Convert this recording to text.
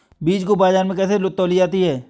बीज को बाजार में कैसे तौली जाती है?